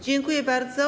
Dziękuję bardzo.